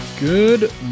Good